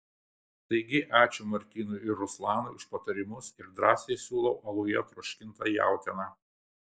taigi ačiū martynui ir ruslanui už patarimus ir drąsiai siūlau aluje troškintą jautieną